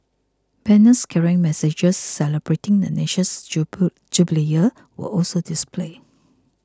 banners carrying messages celebrating the nation's jubilee year were also displayed